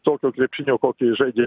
tokio krepšinio kokį žadė